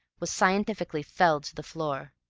was scientifically felled to the floor.